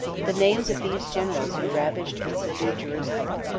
the names of these generals who ravaged and subdued jerusalem,